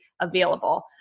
available